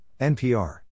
NPR